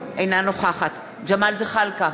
אינה נוכחת ג'מאל זחאלקה,